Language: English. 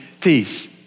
peace